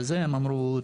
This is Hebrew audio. הם אמרו,